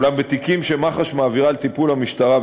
אולם בתיקים שמח"ש מעבירה לטיפול המשטרה,